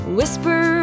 Whisper